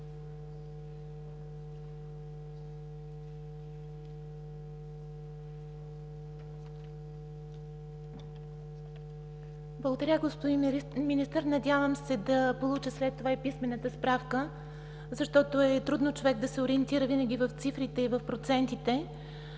Благодаря, господин Министър. Надявам се да получа след това и писмената справка, защото е трудно човек да се ориентира винаги в цифрите и в процентите.